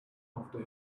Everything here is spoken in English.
after